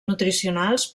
nutricionals